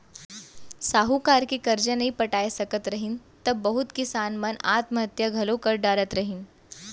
साहूकार के करजा नइ पटाय सकत रहिन त बहुत किसान मन आत्म हत्या घलौ कर डारत रहिन